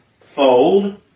fold